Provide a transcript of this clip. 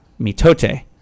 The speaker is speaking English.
mitote